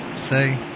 say